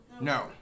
No